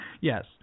Yes